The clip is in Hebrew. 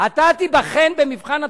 אתה תיבחן במבחן התוצאה,